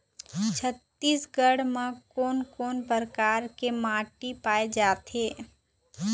छत्तीसगढ़ म कोन कौन प्रकार के माटी पाए जाथे?